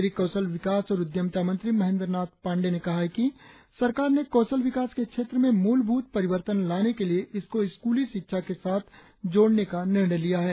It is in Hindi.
केंद्रीय कौशल विकास और उद्यमिता मंत्री महेंद्र नाथ पांडेय ने कहा है कि सरकार ने कौशल विकास के क्षेत्र में मूल ूत परिवहन लाने के लिए इस को स्कूली शिक्षा के साथ जोड़ने का निर्णय लिया है